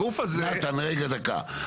הגוף הזה --- רגע, דקה.